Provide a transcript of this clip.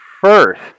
first